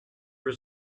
was